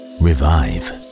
revive